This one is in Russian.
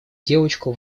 девочку